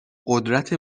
قدرت